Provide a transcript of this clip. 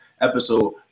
episode